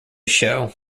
show